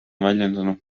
väljendanud